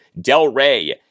Delray